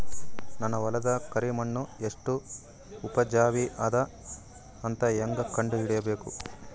ನನ್ನ ಹೊಲದ ಕರಿ ಮಣ್ಣು ಎಷ್ಟು ಉಪಜಾವಿ ಅದ ಅಂತ ಹೇಂಗ ಕಂಡ ಹಿಡಿಬೇಕು?